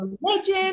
religion